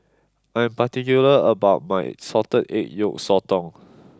I am particular about my Salted Egg Yolk Sotong